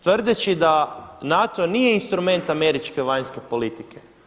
Tvrdeći da NATO nije instrument američke vanjske politike.